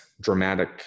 dramatic